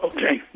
Okay